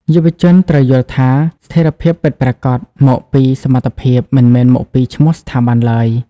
យុវជនត្រូវយល់ថា ស្ថិរភាពពិតប្រាកដមកពី សមត្ថភាព មិនមែនមកពីឈ្មោះស្ថាប័នឡើយ។